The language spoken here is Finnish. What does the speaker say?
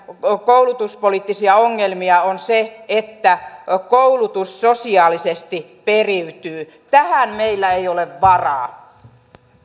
koulutuspoliittisia ongelmia on se että koulutus sosiaalisesti periytyy tähän meillä ei ole varaa